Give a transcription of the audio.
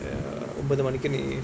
ஒம்பது மணிக்கு நீ:ombathu manikku nae